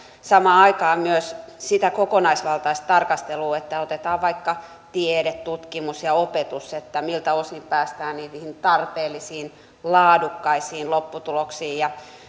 samaan aikaan myös sitä kokonaisvaltaista tarkastelua otetaan vaikka tiede tutkimus ja ja opetus miltä osin päästään niihin tarpeellisiin laadukkaisiin lopputuloksiin